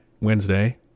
Wednesday